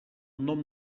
nom